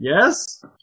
Yes